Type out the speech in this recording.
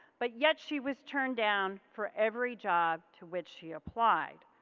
but yet she was turned down for every job to which she applied.